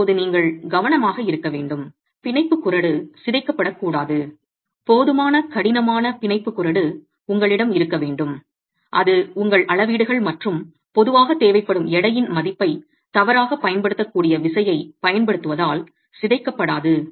இப்போது நீங்கள் கவனமாக இருக்க வேண்டும் பிணைப்பு குறடு சிதைக்கப்படக்கூடாது போதுமான கடினமான பிணைப்பு குறடு உங்களிடம் இருக்க வேண்டும் அது உங்கள் அளவீடுகள் மற்றும் பொதுவாக தேவைப்படும் எடையின் மதிப்பை தவறாகப் பயன்படுத்தக்கூடிய விசையைப் பயன்படுத்துவதால் சிதைக்கப்படாது